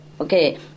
okay